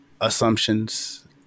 assumptions